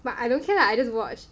but I don't care lah I just watch